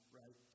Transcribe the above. right